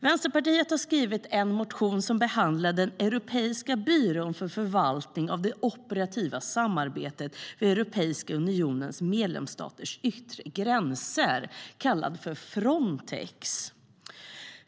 Vänsterpartiet har skrivit en motion som behandlar Europeiska byrån för förvaltningen av det operativa samarbetet vid Europeiska unionens medlemsstaters yttre gränser, kallad Frontex.